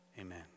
amen